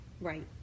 Right